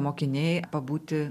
mokiniai pabūti